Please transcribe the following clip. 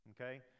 okay